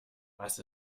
was